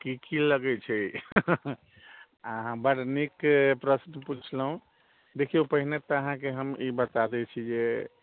की की लगै छै अहाँ बड़ नीक प्रश्न पुछलहुँ देखिऔ पहिने तऽ अहाँके हम ई बता दै छी जे